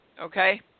Okay